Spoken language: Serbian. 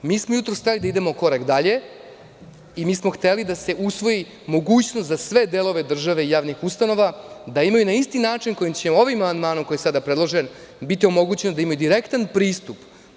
Mi smo jutros hteli da idemo korak dalje i mi smo htelida se usvoji mogućnost za sve delove države i javnih ustanova, da imaju na isti način kojim će ovim amandmanom koji je sada predložen, biti omogućeno da imaju direktan pristup.